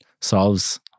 solves